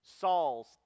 Saul's